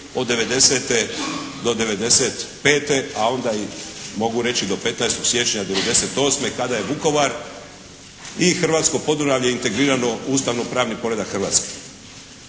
od '90. do '95., a onda i mogu reći do 15. siječnja '98. kada je Vukovar i hrvatsko Podunavlje integrirano u ustavnopravni poredak Hrvatske.